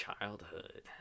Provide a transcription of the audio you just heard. childhood